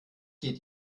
geht